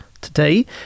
today